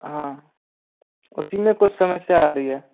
हाँ उसी में कुछ समस्या आ रही है